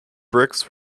bricks